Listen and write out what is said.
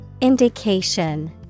Indication